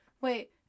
Wait